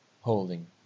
holding